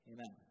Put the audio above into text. Amen